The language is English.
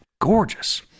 gorgeous